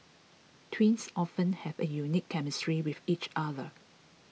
twins often have a unique chemistry with each other